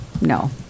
No